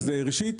ראשית,